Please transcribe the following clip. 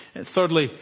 thirdly